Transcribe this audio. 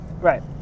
Right